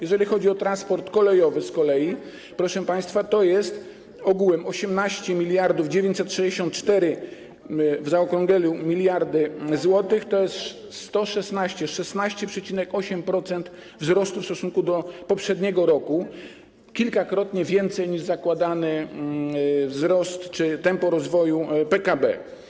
Jeżeli chodzi o transport kolejowy z kolei, proszę państwa, to jest ogółem 18 mld 964, w zaokrągleniu to jest 16,8% wzrostu w stosunku do poprzedniego roku, kilkakrotnie więcej niż zakładany wzrost czy tempo rozwoju PKB.